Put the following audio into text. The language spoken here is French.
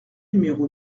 numéro